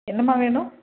என்னம்மா வேணும்